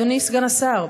אדוני סגן השר,